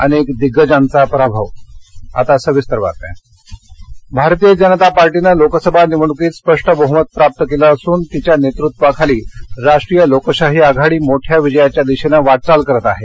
अनेक दिग्गजांचा पराभव भारतीय जनता पार्टीनं लोकसभा निवडणुकीत स्पष्ट बहुमत प्राप्त केलं असून तिच्या नेतृत्वाखाली राष्ट्रीय लोकशाही आघाडी मोठ्या विजयाच्या दिशेनं वाटचाल करत आहे